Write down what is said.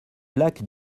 lac